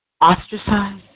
ostracized